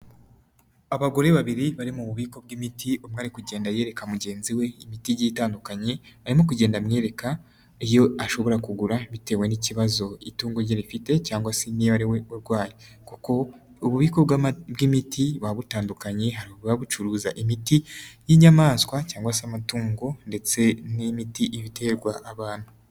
Abagore babiri bari mu bubiko bw'imiti, umwe kugenda yereka mugenzi we imiti igiye itandukanye, arimo kugenda amwereka iyo ashobora kugura bitewe n'ikibazo itungo rye rifite cyangwa se niba ariwe urwaye, kuko ububiko bw'imiti buba butandukanye, hari ububa bucuruza imiti y'inyamaswa cyangwa se amatungo ndetse n'imiti iterwa abantu.